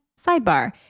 sidebar